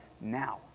now